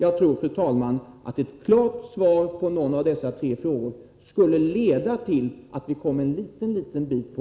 Jag tror, fru talman, att ett klart svar på dessa tre frågor skulle vara bra.